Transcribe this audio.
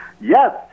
Yes